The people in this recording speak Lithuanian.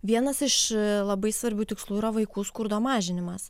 vienas iš labai svarbių tikslų yra vaikų skurdo mažinimas